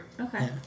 Okay